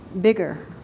bigger